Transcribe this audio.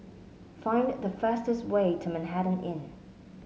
find the fastest way to Manhattan Inn